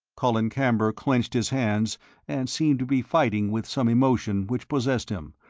colin camber clenched his hands and seemed to be fighting with some emotion which possessed him,